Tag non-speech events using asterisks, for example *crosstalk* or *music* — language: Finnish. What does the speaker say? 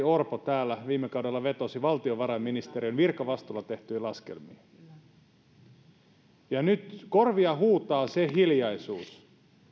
*unintelligible* orpo täällä viime kaudella vetosi valtiovarainministeriön virkavastuulla tehtyihin laskelmiin nyt korvia huutaa se hiljaisuus